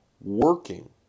working